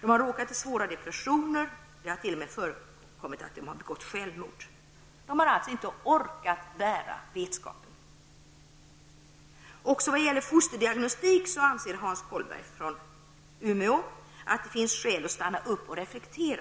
råkat i svåra depressioner och även begått självmord. De har alltså inte orkat bära vetskapen. Också vad det gäller fosterdiagnostik anser Hans Kollberg att det finns skäl att stanna upp och reflektera.